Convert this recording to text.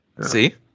see